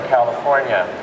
California